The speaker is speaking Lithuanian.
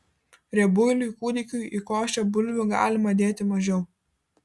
riebuiliui kūdikiui į košę bulvių galima dėti mažiau